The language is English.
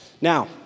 Now